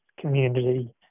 community